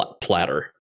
platter